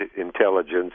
intelligence